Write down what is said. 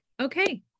Okay